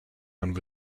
and